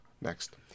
Next